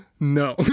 no